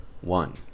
One